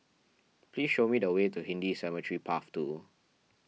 please show me the way to Hindu Cemetery Path two